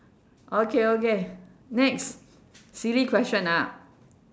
okay okay next silly question ah